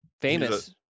Famous